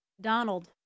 Donald